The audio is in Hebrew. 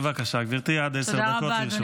בבקשה, גברתי, עד עשר דקות לרשותך.